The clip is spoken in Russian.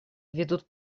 ведут